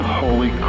holy